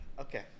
Okay